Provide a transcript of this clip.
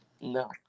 No